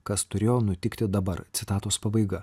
kas turėjo nutikti dabar citatos pabaiga